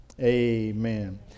Amen